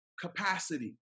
capacity